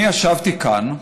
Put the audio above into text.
אני ישבתי כאן,